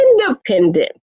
independent